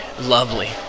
lovely